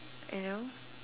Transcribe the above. you know